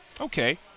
Okay